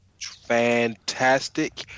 Fantastic